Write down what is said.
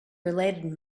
related